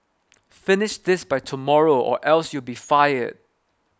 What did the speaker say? finish this by tomorrow or else you'll be fired